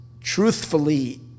truthfully